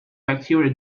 bacteria